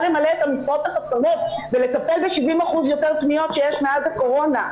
למלא את המשרות החסרות ולטפל ב-70% יותר פניות שיש מאז הקורונה.